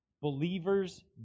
Believers